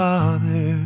Father